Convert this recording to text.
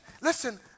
Listen